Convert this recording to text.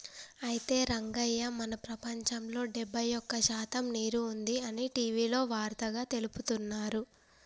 అయితే రంగయ్య మన ప్రపంచంలో డెబ్బై ఒక్క శాతం నీరు ఉంది అని టీవీలో వార్తగా తెలుపుతున్నారు